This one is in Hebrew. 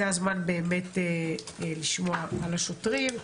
וזה הזמן לשמוע על השוטרים.